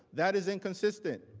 that is inconsistent